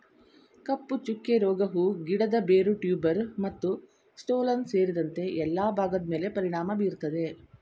ಕಪ್ಪುಚುಕ್ಕೆ ರೋಗ ಹೂ ಗಿಡದ ಬೇರು ಟ್ಯೂಬರ್ ಮತ್ತುಸ್ಟೋಲನ್ ಸೇರಿದಂತೆ ಎಲ್ಲಾ ಭಾಗದ್ಮೇಲೆ ಪರಿಣಾಮ ಬೀರ್ತದೆ